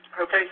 Okay